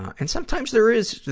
and sometimes, there is,